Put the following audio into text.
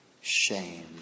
shame